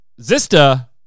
Zista